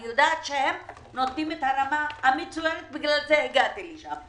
אני יודעת שהרמה שם מצוינת, בגלל זה הגעתי לשם,